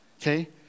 okay